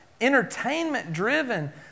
entertainment-driven